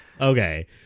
Okay